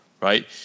Right